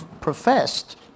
professed